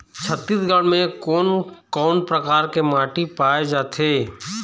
छत्तीसगढ़ म कोन कौन प्रकार के माटी पाए जाथे?